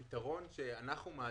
הפתרון שאנחנו מעדיפים,